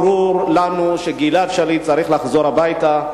ברור לנו שגלעד שליט צריך לחזור הביתה,